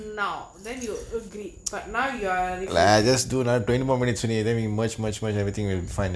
now then you agree but now you are refusing